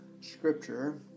scripture